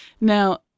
Now